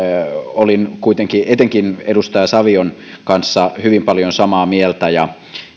olin etenkin edustaja savion kanssa hyvin paljon samaa mieltä ja